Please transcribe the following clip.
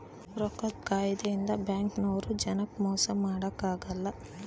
ರೊಕ್ಕದ್ ಕಾಯಿದೆ ಇಂದ ಬ್ಯಾಂಕ್ ನವ್ರು ಜನಕ್ ಮೊಸ ಮಾಡಕ ಅಗಲ್ಲ